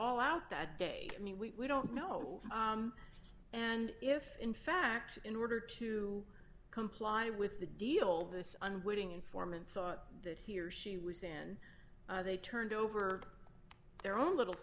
all out that day i mean we don't know and if in fact in order to comply with the deal this unbolting informant thought that he or she was and they turned over their own little